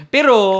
Pero